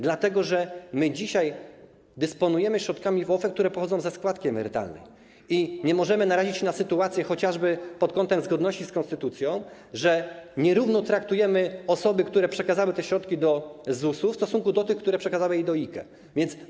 Dlatego że my dzisiaj dysponujemy środkami w OFE, które pochodzą ze składki emerytalnej, i nie możemy narazić się na sytuację chociażby pod kątem zgodności z konstytucją, że nierówno traktujemy osoby, które przekazały te środki do ZUS-u w stosunku do tych, które przekazały je do IKE.